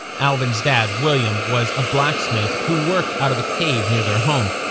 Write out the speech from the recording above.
alvin's dad, william, was a blacksmith who worked out of a cave near their home.